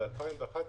ב-2011